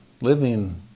living